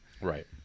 Right